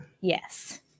yes